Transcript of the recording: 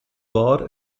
war